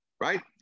Right